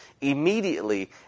immediately